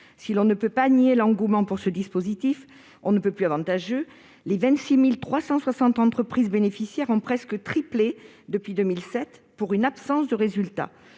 On ne peut pas nier l'engouement pour ce dispositif on ne peut plus avantageux, puisque les 26 360 entreprises bénéficiaires ont presque triplé depuis 2007, pour une absence de résultats.